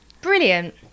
Brilliant